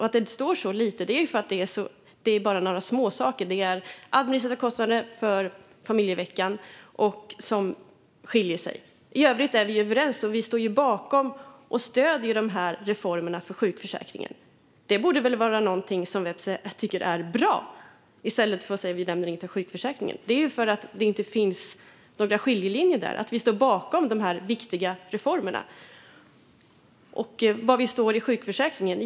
Att det står så lite beror på att det bara är några småsaker som skiljer sig - det är då fråga om administrativa kostnader för familjeveckan. I övrigt är vi överens. Vi står bakom och stöder reformerna för sjukförsäkringen. Vepsä borde väl tycka att det är bra. I stället säger han att vi inte nämner något om sjukförsäkringen. Det beror alltså på att det inte finns några skiljelinjer där och att vi står bakom dessa viktiga reformer. Var står vi då i sjukförsäkringen?